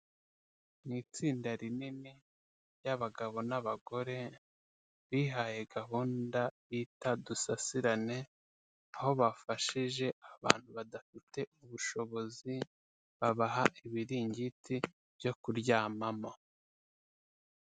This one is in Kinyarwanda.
Mu itsinda rinini ry'abagabo n'abagore, bihaye gahunda bita dusasirane, aho bafashije abantu badafite ubushobozi, babaha ibiringiti byo kuryamamo.